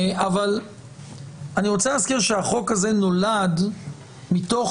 אני רוצה להזכיר שהחוק הזה נולד מתוך